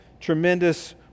tremendous